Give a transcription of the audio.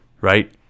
right